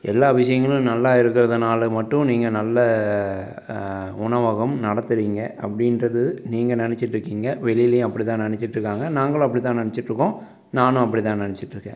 எல்லா விஷயங்களும் நல்லா இருக்கறதுனால மட்டும் நீங்கள் நல்ல உணவகம் நடத்துறீங்க அப்படின்றது நீங்கள் நினச்சிட்ருக்கிங்க வெளிலையும் அப்படி தான் நினச்சிட்ருக்காங்க நாங்களும் அப்படி தான் நினச்சிட்ருக்கோம் நானும் அப்படி தான் நினச்சிட்ருக்கேன்